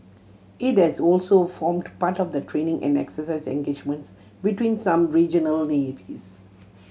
it has also formed part of the training and exercise engagements between some regional navies